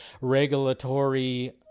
regulatory